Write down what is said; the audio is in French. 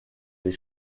les